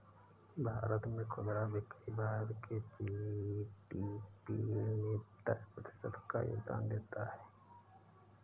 भारत में खुदरा बिक्री भारत के जी.डी.पी में दस प्रतिशत का योगदान देता है